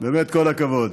באמת, כל הכבוד.